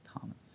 Thomas